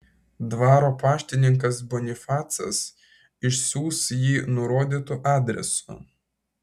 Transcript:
dvaro paštininkas bonifacas išsiųs jį nurodytu adresu